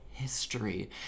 History